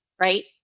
right